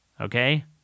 Okay